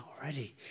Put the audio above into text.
already